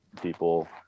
people